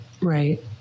right